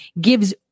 gives